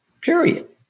period